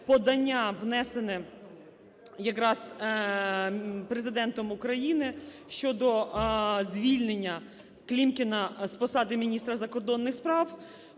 подання, внесене якраз Президентом України щодо звільненняКлімкіна з посади міністра закордонних справ,